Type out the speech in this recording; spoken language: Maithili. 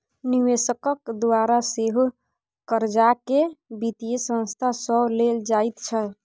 निवेशकक द्वारा सेहो कर्जाकेँ वित्तीय संस्था सँ लेल जाइत छै